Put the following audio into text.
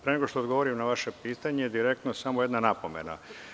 Pre nego što odgovorim na vaše pitanje direktno, samo jedna napomena.